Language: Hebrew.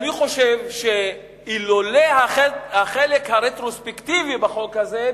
אני חושב שאילולא החלק הרטרוספקטיבי בחוק הזה,